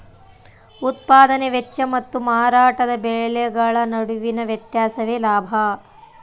ಉತ್ಪದಾನೆ ವೆಚ್ಚ ಮತ್ತು ಮಾರಾಟದ ಬೆಲೆಗಳ ನಡುವಿನ ವ್ಯತ್ಯಾಸವೇ ಲಾಭ